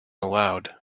allowed